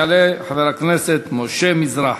יעלה חבר הכנסת משה מזרחי.